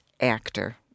Actor